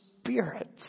spirits